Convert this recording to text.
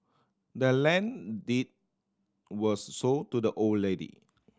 the land deed was sold to the old lady